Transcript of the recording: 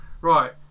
right